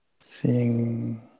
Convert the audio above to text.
seeing